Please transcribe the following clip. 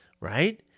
right